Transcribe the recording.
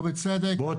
ובצדק.